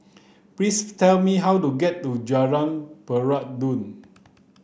please tell me how to get to Jalan Peradun